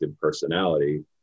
personality